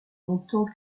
longtemps